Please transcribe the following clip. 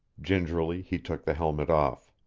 gingerly, he took the helmet off.